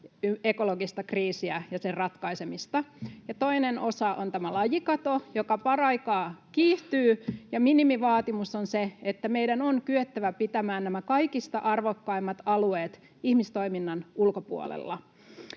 ekologista kriisiä ja sen ratkaisemista. Toinen osa on tämä lajikato, joka paraikaa kiihtyy. Minimivaatimus on se, että meidän on kyettävä pitämään nämä kaikista arvokkaimmat alueet ihmistoiminnan ulkopuolella.